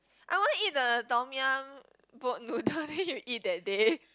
I want eat the Tom-Yum boat noodle that you eat that day